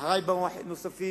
אחרי באו נוספים,